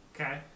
Okay